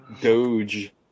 Doge